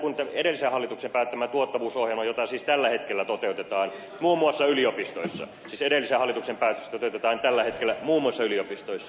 siis edellisen hallituksen päättämä tuottavuusohjelma toteutetaan tällä hetkellä muun muassa yliopistossa edellisen hallituksen päätöstä pidetään tällä hetkellä huumassa yliopistoissa